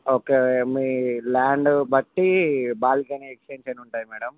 okay మీ land బట్టి balcony extension ఉంటుంది మేడం